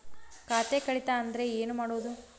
ಖಾತೆ ಕಳಿತ ಅಂದ್ರೆ ಏನು ಮಾಡೋದು?